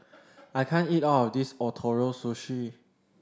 I can't eat all of this Ootoro Sushi